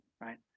right